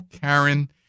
Karen